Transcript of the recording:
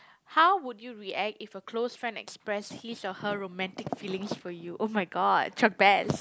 how would you react if a close friend express his or her romantic feelings for you !oh-my-god! Chuck-Bass